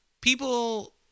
people